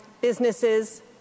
businesses